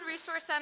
Resource